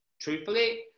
truthfully